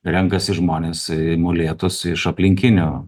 renkasi žmonės molėtuos iš aplinkinio